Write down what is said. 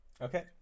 Okay